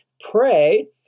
pray